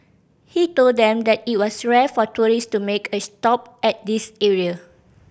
he told them that it was rare for tourist to make a stop at this area